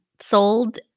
sold